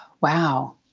Wow